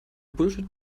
bullshit